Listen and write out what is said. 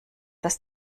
das